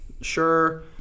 Sure